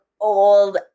old